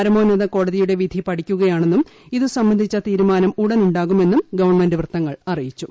പരമോന്നത കോടതിയുടെ വിധി പഠിക്കുകയാണെന്നും ഇത് സംബന്ധിച്ച് തീരുമാനം ഉടൻ ഉണ്ടാകുമെന്നും ഗവൺമെന്റ് വൃത്തങ്ങൾ അറിയിച്ചു